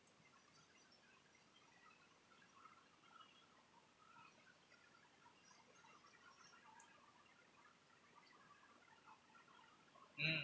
mm